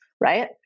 right